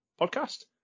podcast